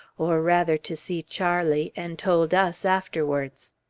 or rather to see charlie, and told us afterwards.